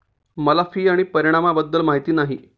मला फी आणि परिणामाबद्दल माहिती नाही